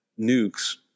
nukes